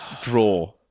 draw